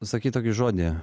sakei tokį žodį